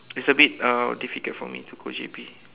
it's a bit uh difficult for me to go J_B